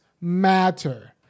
matter